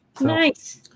Nice